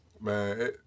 Man